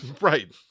Right